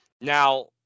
Now